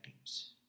teams